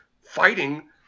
fighting